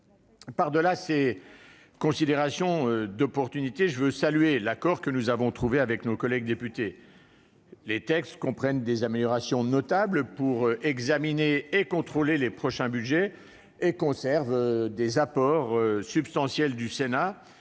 Par-delà ces considérations d'opportunité, je veux saluer l'accord que nous avons trouvé avec nos collègues députés. Les textes comportent des améliorations notables, qui faciliteront l'examen et le contrôle des prochains budgets. Ils conservent des apports substantiels du Sénat,